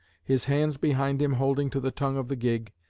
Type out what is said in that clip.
his hands behind him holding to the tongue of the gig,